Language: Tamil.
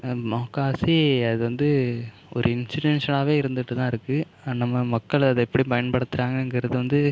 முக்கால்வாசி அது வந்து ஒரு இன்ஸிடென்ஸனாவே இருந்துகிட்டு தான் இருக்கு நம்ம மக்கள் அதை எப்படி பயன்படுத்துறாங்கங்கிறது வந்து